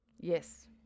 Yes